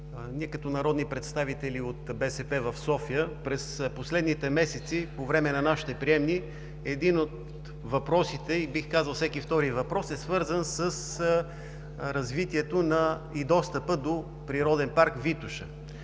Ние като народни представители от БСП в София – през последните месеци по време на нашите приемни един от въпросите, а бих казал всеки втори въпрос е свързан с развитието и достъпа до Природен парк „Витоша“.